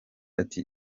ati